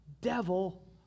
devil